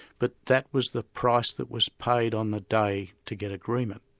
but that was the price that was paid on the day to get agreement,